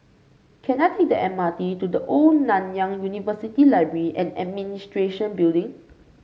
can I take the M R T to The Old Nanyang University Library and Administration Building